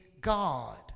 God